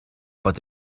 bod